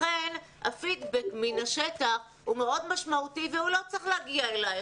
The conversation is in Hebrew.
לכן הפידבק מן השטח הוא מאוד משמעותי והוא לא צריך להגיע אליך.